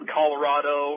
Colorado